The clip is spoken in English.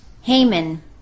Haman